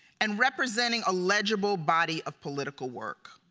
and representing a legible body of political work.